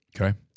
Okay